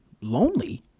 lonely